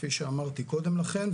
כפי שאמרתי קודם לכן,